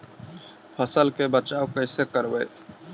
फसल के बचाब कैसे करबय?